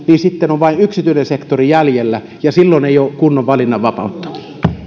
sitten on vain yksityinen sektori jäljellä ja silloin ei ole kunnon valinnanvapautta